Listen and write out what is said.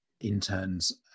interns